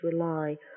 rely